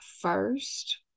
first